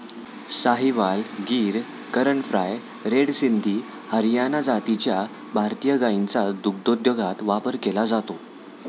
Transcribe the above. Sahiwal, Gir, Karan Fries, red Sindhi, Haryana जातीच्या भारतीय गायींचा दुग्धोद्योगात वापर केला जातो